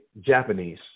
Japanese